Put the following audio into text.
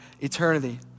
eternity